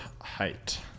Height